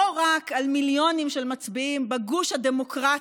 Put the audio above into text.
לא רק על מיליונים של מצביעים בגוש הדמוקרטי,